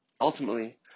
ultimately